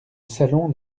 salon